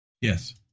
Yes